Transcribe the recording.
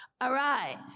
Arise